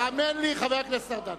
האמן לי, חבר הכנסת ארדן.